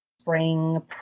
spring